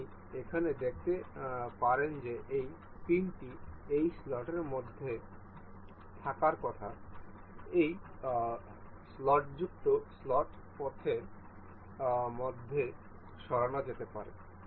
আপনি এখানে দেখতে পারেন যে এই পিনটি এই স্লটের মধ্যে থাকার কথা যা এই স্লটযুক্ত স্লট পাথের মধ্যে সরানো যেতে পারে